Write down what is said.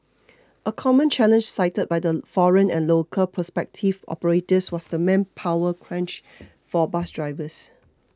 a common challenge cited by the foreign and local prospective operators was the manpower crunch for bus drivers